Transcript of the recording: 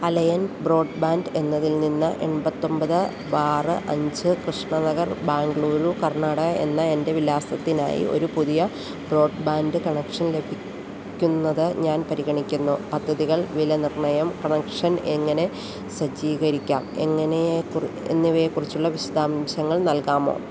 അലയൻ broadband എന്നതിൽ നിന്ന് എൺപത്തിയൊൻപത് ബാർ അഞ്ച് കൃഷ്ണനഗർ ബാംഗ്ളൂരു കർണാടക എന്ന എൻ്റെ വിലാസത്തിനായി ഒരു പുതിയ ബ്രോഡ്ബാൻഡ് കണക്ഷൻ ലഭിക്കുന്നത് ഞാൻ പരിഗണിക്കുന്നു പദ്ധതികൾ വിലനിർണ്ണയം കണക്ഷൻ എങ്ങനെ സജ്ജീകരിക്കാം എന്നിവയെക്കുറിച്ചുള്ള വിശദാംശങ്ങൾ നൽകാമോ